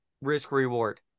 risk-reward